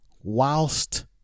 whilst